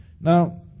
Now